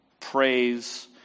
praise